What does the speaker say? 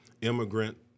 immigrant